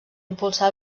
impulsar